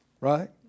Right